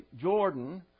Jordan